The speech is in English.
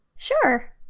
Sure